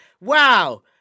wow